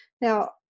Now